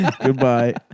Goodbye